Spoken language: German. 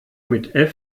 mit